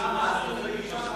מה הסגנית ביקשה?